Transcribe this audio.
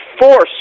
force